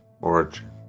origin